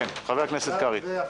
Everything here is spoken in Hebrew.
ואחר כך אחמד טיבי.